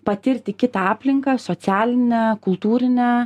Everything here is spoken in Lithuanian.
patirti kitą aplinką socialinę kultūrinę